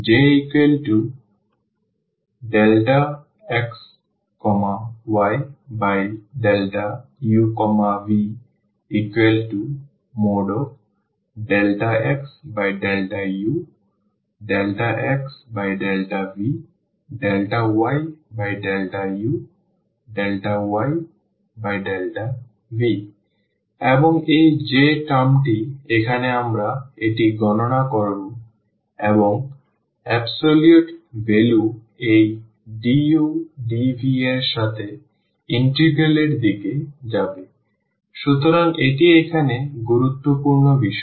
Jxyuv∂x∂u ∂x∂v ∂y∂u ∂y∂v এবং এই J টার্মটি এখানে আমরা এটি গণনা করব এবং অ্যাবসলিউট ভ্যালু এই du dv এর সাথে ইন্টিগ্রাল এর দিকে যাবে সুতরাং এটি এখানে গুরুত্বপূর্ণ বিষয়